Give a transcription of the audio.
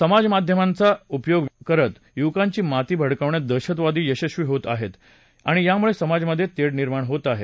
समाजमाध्यमांचा उपयोग करत युवकांची माथी भडकवण्यात दहशतवादी यशस्वी होत आहेत आणि त्यामुळे समाजामधे तेढ निर्माण होत आहे